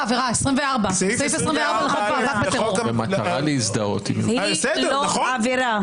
עבירה לפי סעיף 24. היא לא עבירה.